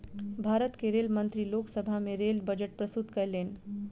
भारत के रेल मंत्री लोक सभा में रेल बजट प्रस्तुत कयलैन